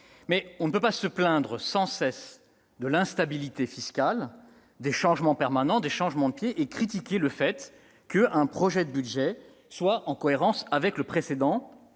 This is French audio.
On ne peut pas se plaindre, sans cesse, de l'instabilité fiscale, des changements de pied permanents, et critiquer le fait qu'un projet de budget soit en cohérence avec le précédent